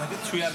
להצבעה.